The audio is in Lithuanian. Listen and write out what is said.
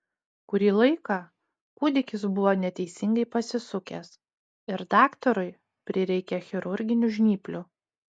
kurį laiką kūdikis buvo neteisingai pasisukęs ir daktarui prireikė chirurginių žnyplių